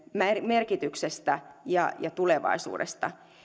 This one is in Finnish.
merkityksestä ja ja tulevaisuudesta